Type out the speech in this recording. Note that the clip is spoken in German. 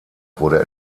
wurde